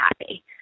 happy